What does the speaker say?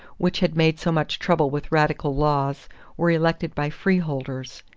which had made so much trouble with radical laws were elected by freeholders.